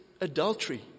adultery